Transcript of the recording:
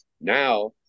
Now